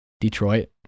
Detroit